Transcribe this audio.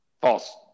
False